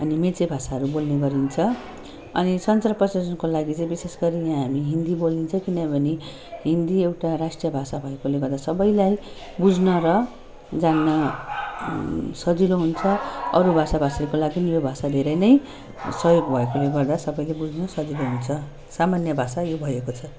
अनि मेचे भाषाहरू बोलिने गरिन्छ अनि सञ्चार प्रशासणको लागि चाहिँ विशेष गरी या हामी हिन्दी बोलिन्छ किनभनी हिन्दी एउटा राष्ट्रिय भाषा भएकोले गर्दा सबैलाई बुझ्न र जान्न सजिलो हुन्छ अरू भाषा भाषीको लागि यो भाषा धेरै नै सहयोग भएकोले गर्दा सबैले बुझ्न सजिलो हुन्छ सामान्य भाषा यो भएको छ